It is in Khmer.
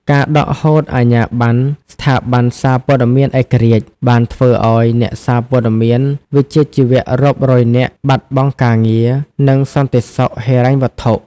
ការដកហូតអាជ្ញាប័ណ្ណស្ថាប័នសារព័ត៌មានឯករាជ្យ បានធ្វើឱ្យអ្នកសារព័ត៌មានវិជ្ជាជីវៈរាប់រយនាក់បាត់បង់ការងារ និងសន្តិសុខហិរញ្ញវត្ថុ។